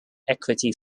equity